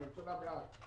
הממשלה בעד.